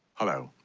hello,